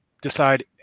decide